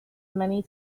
many